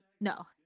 No